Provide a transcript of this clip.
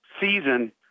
season